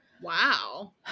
wow